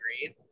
green